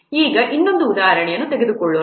ಈಗ ಇನ್ನೊಂದು ಉದಾಹರಣೆಯನ್ನು ತೆಗೆದುಕೊಳ್ಳೋಣ